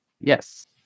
Yes